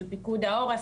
של פיקוד העורף,